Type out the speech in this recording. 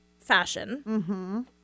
fashion